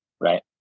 right